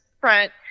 front